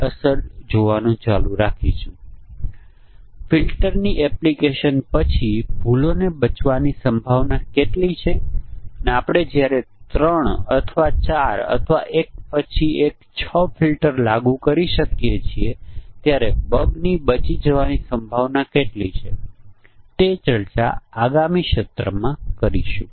તેથી કૃપા કરીને તે ડાઉનલોડ કરો અને આપણે આગામી સત્રમાં વ્હાઇટ બોક્સ પરીક્ષણ વિશે ચર્ચા કરીશું